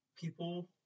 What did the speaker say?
people